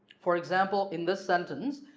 for example in this sentence,